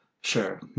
Sure